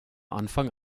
anfang